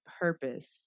purpose